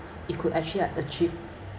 it could actually had achieved